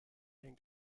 hängt